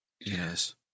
Yes